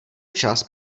čas